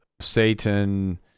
Satan